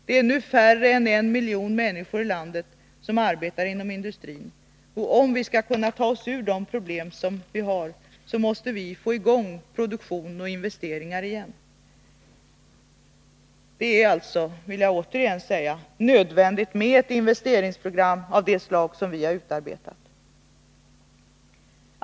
Det är nu färre än en miljon människor i landet som arbetar inom industrin, och om vi skall kunna ta oss ur de problem som vi har, måste vi få i gång produktion och investeringar igen. Jag vill återigen säga att det är nödvändigt med ett investeringsprogram av det slag som vi har utarbetat.